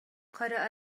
قرأ